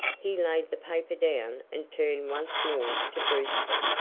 he laid the paper down and turned once more to brewster.